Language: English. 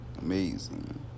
Amazing